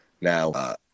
Now